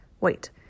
wait